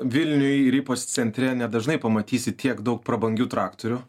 vilniuj ir ypač centre nedažnai pamatysi tiek daug prabangių traktorių